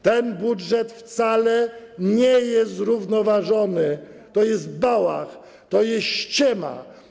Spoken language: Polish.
Ten budżet wcale nie jest zrównoważony, to jest bałach, to jest ściema.